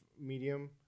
medium